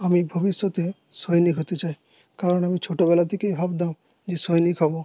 আমি ভবিষ্যতে সৈনিক হতে চাই কারণ আমি ছোটোবেলা থেকেই ভাবতাম যে সৈনিক হব